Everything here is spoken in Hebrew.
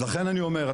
לכן אני אומר,